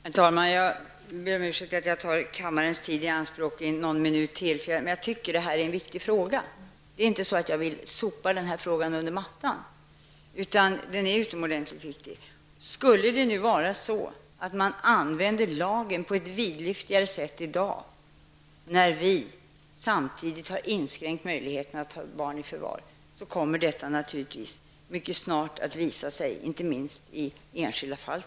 Herr talman! Jag ber om ursäkt för att jag tar kammarens tid i anspråk någon minut till. Jag tycker att detta är en viktig fråga. Det är inte så att jag vill sopa den här frågan under mattan, utan den är utomordentligt viktig. Skulle man använda lagen på ett vidlyftigare sätt i dag, samtidigt som vi har inskränkt möjligheterna att ta barn i förvar, kommer detta naturligtvis mycket snart att visa sig, inte minst i enskilda fall.